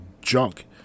junk